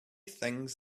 things